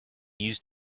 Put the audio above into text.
used